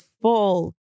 full